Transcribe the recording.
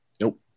Nope